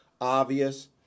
obvious